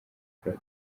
kuri